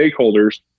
stakeholders